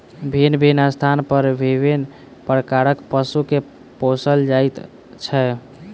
भिन्न भिन्न स्थान पर विभिन्न प्रकारक पशु के पोसल जाइत छै